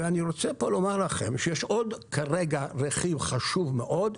ואני רוצה לומר לכם שיש עוד כרגע רכיב חשוב מאוד,